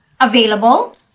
available